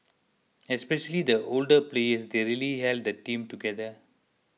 especially the older players they really held the team together